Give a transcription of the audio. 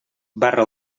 barra